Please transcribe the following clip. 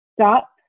stop